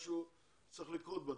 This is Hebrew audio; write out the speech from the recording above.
משהו צריך לקרות בדרך.